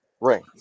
ring